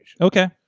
okay